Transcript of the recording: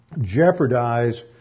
jeopardize